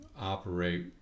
operate